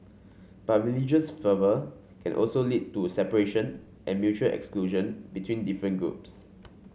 but religious fervour can also lead to separation and mutual exclusion between different groups